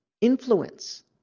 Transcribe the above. influence